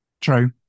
True